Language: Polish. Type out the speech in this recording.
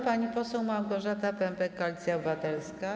Pani poseł Małgorzata Pępek, Koalicja Obywatelska.